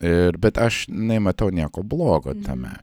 ir bet aš nematau nieko blogo tame